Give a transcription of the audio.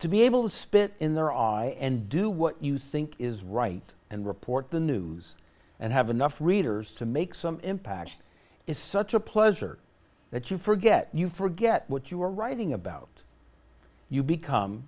to be able to spit in their eye and do what you think is right and report the news and have enough readers to make some impact is such a pleasure that you forget you forget what you were writing about you become